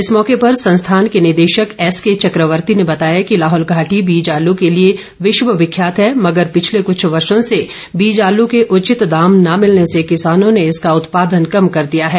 इस मौके संस्थान के निदेशक एस के चकवर्ती ने बताया कि लाहौल घाटी बीज आल के लिए विश्व विख्यात है मगर पिछले कुछ वर्षों से बीज आलू के उचित दाम न मिलने से किसानों ने इसका उत्पादन कम कर दिया है